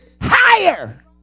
higher